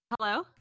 Hello